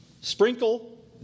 Sprinkle